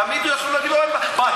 תמיד הוא יכול להגיד: מה,